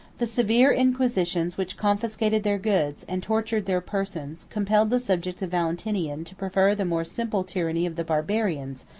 the severe inquisition which confiscated their goods, and tortured their persons, compelled the subjects of valentinian to prefer the more simple tyranny of the barbarians,